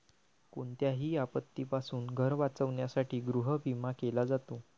कोणत्याही आपत्तीपासून घर वाचवण्यासाठी गृहविमा केला जातो